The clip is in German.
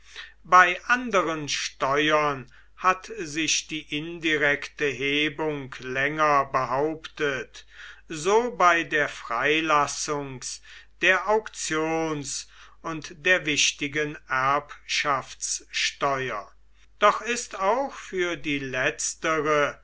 bei anderen steuern hat sich die indirekte hebung länger behauptet so bei der freilassungs der auktions und der wichtigen erbschaftssteuer doch ist auch für die letztere